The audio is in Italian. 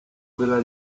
della